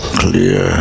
clear